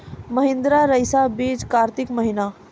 महिंद्रा रईसा बीज कार्तिक महीना?